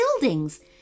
buildings